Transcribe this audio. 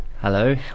Hello